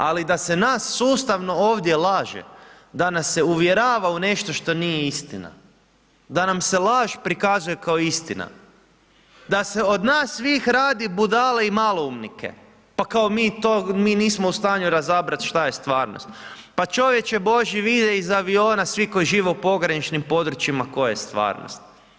Ali da se nas sustavno ovdje laže, da nas se uvjerava u nešto što nije istina, da nam se laž prikazuje kao istina, da se od nas svih radi budale i maloumnike, pa kao mi to, mi nismo u stanju razabrati što je stvarnost, pa čovječe Božji, vide iz aviona, svi koji žive u pograničnim područjima, koja je stvarnost.